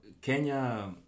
Kenya